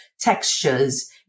textures